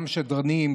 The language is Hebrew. גם שדרנים,